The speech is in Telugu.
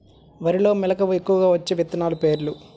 వరిలో మెలక ఎక్కువగా వచ్చే విత్తనాలు పేర్లు?